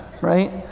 right